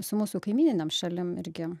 su mūsų kaimyninėm šalim irgi